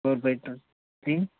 four five twelve B